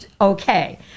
Okay